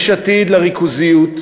יש עתיד לריכוזיות,